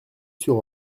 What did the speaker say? sur